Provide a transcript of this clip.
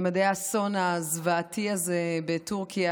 ממדי האסון הזוועתי הזה בטורקיה.